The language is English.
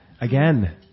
again